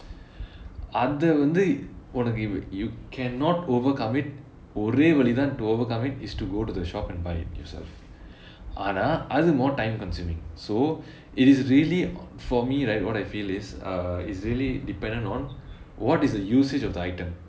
அந்த வந்து உனக்கு:antha vanthu unakku you you cannot overcome it ஒரே வழிதான்:orae vazhithaan to overcome it is to go to the shop and buy it yourself ஆனால் அது:aanal athu more time consuming so it is really for me right what I feel is it's really dependent on what is the usage of the item